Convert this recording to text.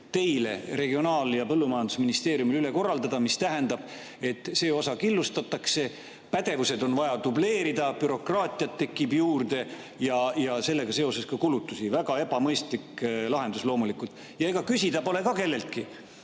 teile, Regionaal- ja Põllumajandusministeeriumile üle korraldada. See tähendab, et see osa killustatakse, pädevused on vaja dubleerida, bürokraatiat tekib juurde ja sellega seoses ka kulutusi. Väga ebamõistlik lahendus. Ja ega küsida pole ka kelleltki,